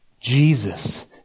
Jesus